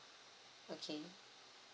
okay